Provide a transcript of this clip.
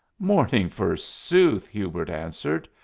morning, forsooth! hubert answered.